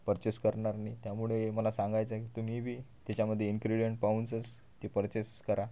purchase करणार नाही त्यामुळे हे मला सांगायचं आहे तुम्हीबी त्याच्यामध्ये इन्क्रेडेन्ट पाहूनच ते पर्चेस करा